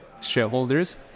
shareholders